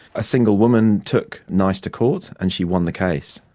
a single woman took nice to court and she won the case.